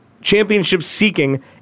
championship-seeking